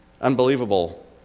unbelievable